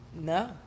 No